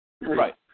Right